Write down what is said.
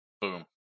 Boom